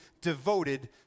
devoted